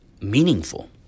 meaningful